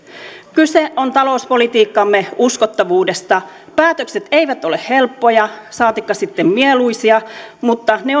kyse on talouspolitiikkamme uskottavuudesta päätökset eivät ole helppoja saatikka sitten mieluisia mutta ne